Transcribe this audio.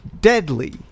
Deadly